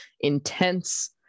intense